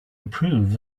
approve